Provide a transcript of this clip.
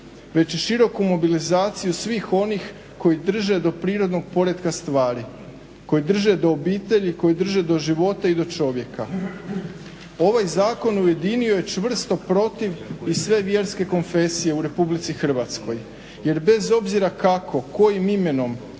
već i široku mobilizaciju svih onih koji drže do prirodnog poretka stvari, koji drže do obitelji, koji drže do života i do čovjeka. Ovaj zakon ujedinio je čvrsto protiv i sve vjerske konfesije u Republici Hrvatsko, jer bez obzira kako, kojim imenom